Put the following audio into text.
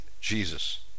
Jesus